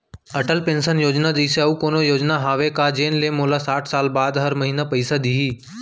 Atal pension Yojana जइसे अऊ कोनो योजना हावे का जेन ले मोला साठ साल बाद हर महीना पइसा दिही?